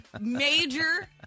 major